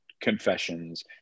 confessions